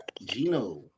Gino